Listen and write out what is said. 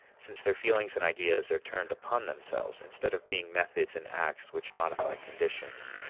since their feelings and ideas are turned upon themselves, instead of being methods in acts which modify conditions.